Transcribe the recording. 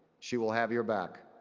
she will have your back.